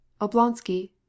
oblonsky